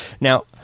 now